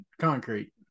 concrete